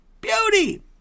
Beauty